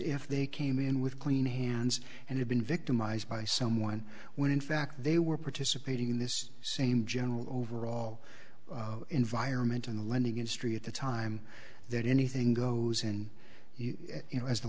if they came in with clean hands and had been victimized by someone when in fact they were participating in this same general overall environment in the lending industry at the time that anything goes and you know as the